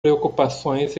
preocupações